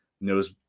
knows